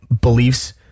beliefs